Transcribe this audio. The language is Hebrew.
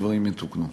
הדברים יתוקנו.